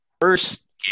First